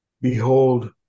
Behold